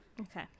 Okay